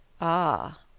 Ah